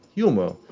humor,